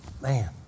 Man